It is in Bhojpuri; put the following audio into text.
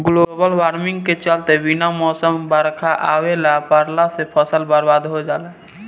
ग्लोबल वार्मिंग के चलते बिना मौसम बरखा आ ओला पड़ला से फसल बरबाद हो जाला